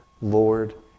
Lord